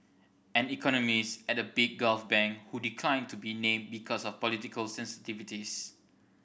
an economist at a big Gulf bank who declined to be named because of political sensitivities